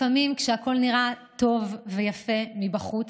לפעמים כשהכול נראה טוב ויפה מבחוץ,